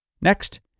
Next